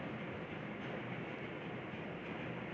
যে তালিকা গুলা বানাতিছে ব্যাঙ্ক গুলার সব